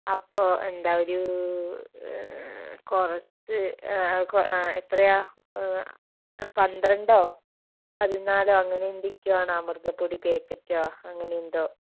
അപ്പോൾ എന്താ ഒരു കുറച്ച് കൊ എത്രയാണ് പന്ത്രണ്ടോ പതിനാലോ അങ്ങനെ എന്തൊക്കെയാണ് അമൃതപ്പൊടി പേക്കറ്റൊ അങ്ങനെ എന്തോ